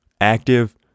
active